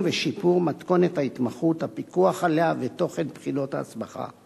ושיפור של מתכונת ההתמחות והפיקוח עליה ותוכן בחינות ההסמכה.